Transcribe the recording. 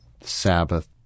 Sabbath